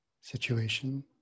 situation